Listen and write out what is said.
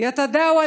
כולם